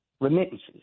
Remittances